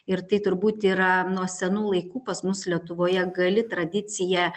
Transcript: ir tai turbūt yra nuo senų laikų pas mus lietuvoje gali tradicija